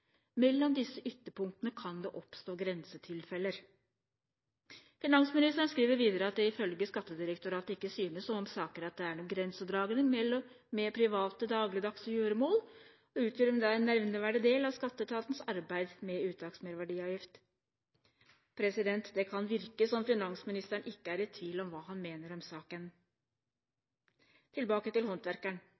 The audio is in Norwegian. Mellom disse ytterpunktene kan det oppstå grensetilfeller. Finansministeren skriver videre at det ifølge Skattedirektoratet ikke synes som om saker om grensedragningen mot private dagligdagse gjøremål utgjør en nevneverdig del av skatteetatens arbeid med uttaksmerverdiavgift. Det kan virke som finansministeren ikke er i tvil om hva han mener om saken. Tilbake til håndverkeren: